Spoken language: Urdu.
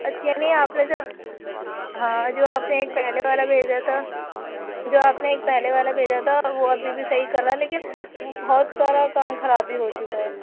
اچھی یہ نہیں آپ نے جو ہاں جو آپ نے ایک پہلے والا بھیجا تھا جو آپ نے ایک پہلے والا بھیجا تھا وہ ابھی بھی صحیح کرا لیکن وہ بہت سارا کام خراب ہی ہو چکا ہے